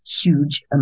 huge